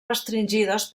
restringides